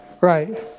Right